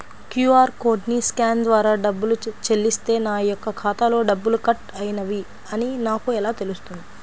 QR కోడ్ని scan ద్వారా డబ్బులు చెల్లిస్తే నా యొక్క ఖాతాలో డబ్బులు కట్ అయినవి అని నాకు ఎలా తెలుస్తుంది?